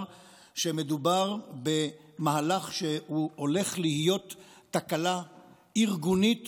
שמדובר במהלך שהולך להיות תקלה ארגונית